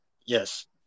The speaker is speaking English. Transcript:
Yes